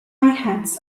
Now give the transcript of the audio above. hats